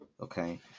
okay